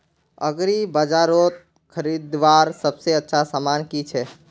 एग्रीबाजारोत खरीदवार सबसे अच्छा सामान की छे?